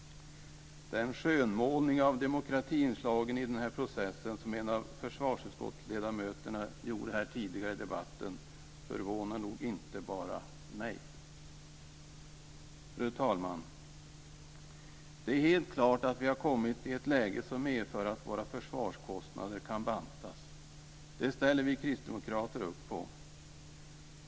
Den skönmålning av demokratiinslagen i denna process som en av försvarsutskottsledamöterna gjorde tidigare här i debatten förvånade nog inte bara mig. Fru talman! Det är helt klart att vi har kommit i ett läge som medför att våra försvarskostnader kan bantas - det ställer vi kristdemokrater upp på.